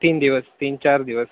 तीन दिवस तीन चार दिवस